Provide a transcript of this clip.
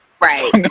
Right